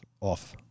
off